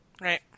Right